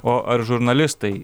o ar žurnalistai